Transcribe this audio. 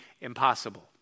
impossible